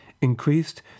increased